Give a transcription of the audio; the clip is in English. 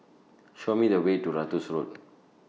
Show Me The Way to Ratus Road